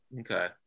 Okay